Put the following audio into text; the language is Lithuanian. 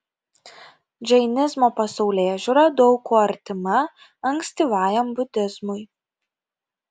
džainizmo pasaulėžiūra daug kuo artima ankstyvajam budizmui